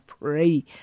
pray